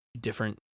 different